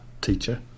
teacher